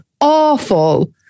awful